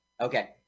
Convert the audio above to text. Okay